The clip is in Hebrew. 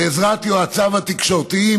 בעזרת יועציו התקשורתיים,